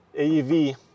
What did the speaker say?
AEV